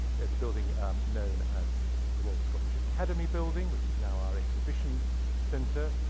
the building um known as the royal scottish academy building, which is now our exhibition center.